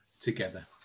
together